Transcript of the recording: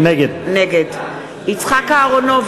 נגד יצחק אהרונוביץ,